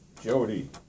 Jody